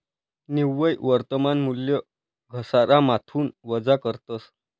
निव्वय वर्तमान मूल्य घसारामाथून वजा करतस